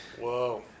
Whoa